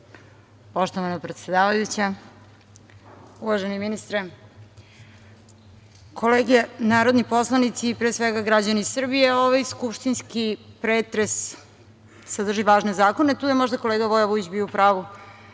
Poštovana predsedavajuća, uvaženi ministre, kolege narodni poslanici i pre svega građani Srbije, ovaj skupštinski pretres sadrži važne zakone. Tu je možda kolega Voja Vujić bio u pravu,